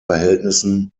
verhältnissen